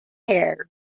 hair